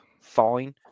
fine